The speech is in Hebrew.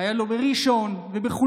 והיה לו סיבוב בראשון ובחולון,